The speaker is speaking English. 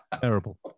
Terrible